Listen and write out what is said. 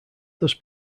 thus